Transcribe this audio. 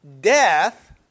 Death